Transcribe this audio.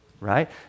right